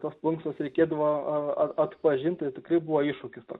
tos plunksnos reikėdavo a atpažinti tai tikrai buvo iššūkis